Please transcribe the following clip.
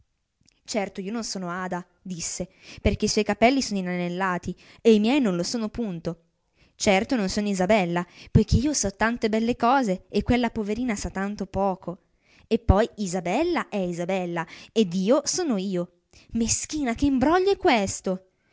certo io non sono ada disse perchè i suoi capelli sono inanellati e i miei non lo sono punto certo non sono isabella poichè io so tante belle cose e quella poverina sa tanto poco eppoi isabella è isabella ed io sono io meschina che imbroglio è questo